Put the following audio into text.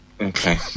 Okay